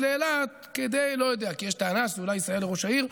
לאילת כי יש טענה שאולי זה יסייע לראש העיר.